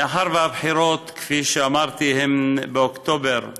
מאחר שהבחירות, כפי שאמרתי, הן באוקטובר 2018,